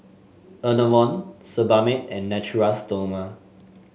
Enervon Sebamed and Natura Stoma